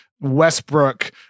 Westbrook